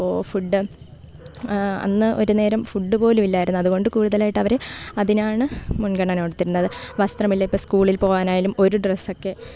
അപ്പോൾ ഫുഡ് അന്ന് ഒരു നേരം ഫുഡ് പോലും ഇല്ലായിരുന്നു അതുകൊണ്ട് കൂടുതലായിട്ട് അവർ അതിനാണ് മുൻഗണന കൊടുത്തിരുന്നത് വസ്ത്രമില്ല ഇപ്പോൾ സ്കൂളിൽ പോവാൻ ആയാലും ഒരു ഡ്രസ്സ് ഒക്കെ